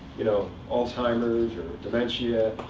you know, alzheimer's or dementia,